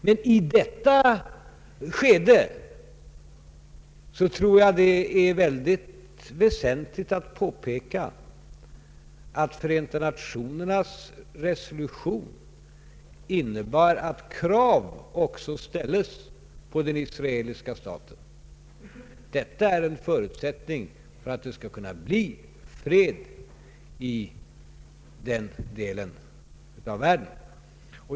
Men i detta skede tror jag att det är väsentligt att påpeka att Förenta nationernas resolution innebär att krav också ställs på den israeliska staten. Detta är en förutsättning för att det skall kunna bli fred i den delen av världen.